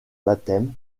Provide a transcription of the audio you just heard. baptême